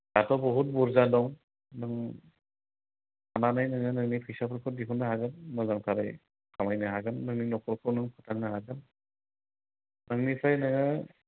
दाथ' बुहुथ बुरजा दं नों खानानै नोङो नोंनि फैसाफोरखौ दिहुननो हागोन मोजांथारै खामायनो हागोन नोङो नोंनि न'खरखौ फोथांनो हागोन नोंनिफ्रायनो